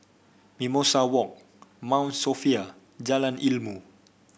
Mimosa Walk Mount Sophia Jalan Ilmu